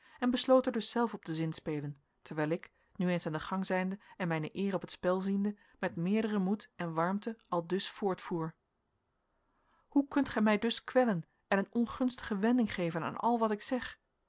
en besloot er dus zelf op te zinspelen terwijl ik nu eens aan den gang zijnde en mijne eer op het spel ziende met meerderen moed en warmte aldus voortvoer hoe kunt gij mij dus kwellen en een ongunstige wending geven aan al wat ik zeg